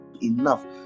enough